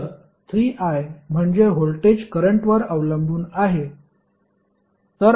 तर 3i म्हणजे voltage करंटवर अवलंबून आहे